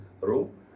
room